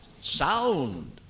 Sound